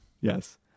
Yes